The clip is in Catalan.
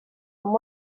amb